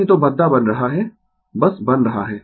नहीं तो भद्दा बन रहा है बस बन रहा है